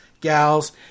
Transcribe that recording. gals